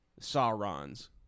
Sauron's